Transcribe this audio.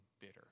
bitter